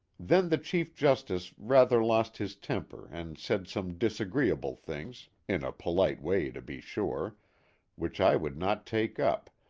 then the chief justice rather lost his temper and said some disagreeable things in a polite way to be sure which i would not take up,